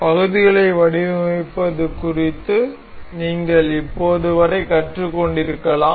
பகுதிகளை வடிவமைப்பது குறித்து நீங்கள் இப்போது வரை கற்றுக்கொண்டிருக்கலாம்